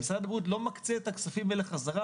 אבל משרד הבריאות לא מקצה את הכספים האלה חזרה